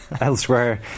elsewhere